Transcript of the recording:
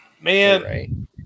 man